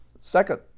second